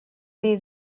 day